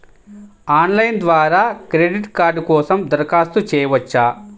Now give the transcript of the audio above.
Online ద్వారా credit card కోసం దరఖాస్తు చేయవచ్చా?